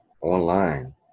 online